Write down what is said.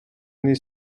نیز